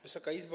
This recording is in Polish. Wysoka Izbo!